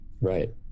Right